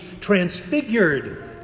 transfigured